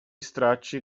stracci